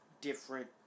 different